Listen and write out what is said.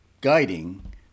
guiding